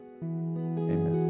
Amen